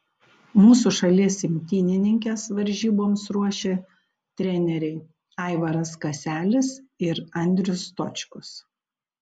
mūsų šalies imtynininkes varžyboms ruošė treneriai aivaras kaselis ir andrius stočkus